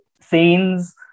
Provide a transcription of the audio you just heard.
scenes